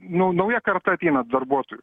nu nauja karta ateina darbuotojų